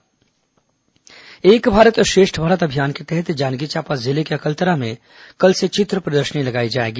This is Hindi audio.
एक भारत श्रेष्ठ भारत एक भारत श्रेष्ठ भारत अभियान के तहत जांजगीर चांपा जिले के अलकतरा में कल से चित्र प्रदर्शनी लगाई जाएगी